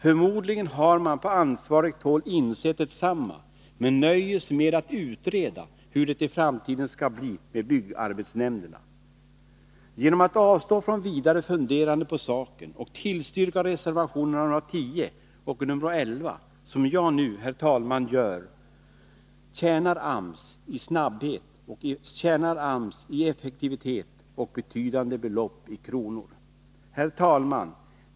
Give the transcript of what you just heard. Förmodligen har man på ansvarigt håll insett detsamma, men man nöjer sig med att utreda hur det i framtiden skall bli med byggarbetsnämnderna. Om man avstår från vidare funderande på saken och bifaller reservationerna nr 10 och 11, tjänar AMS i effektivitet och betydande belopp i kronor. Jag yrkar alltså bifall till reservationerna 10 och 11. Herr talman!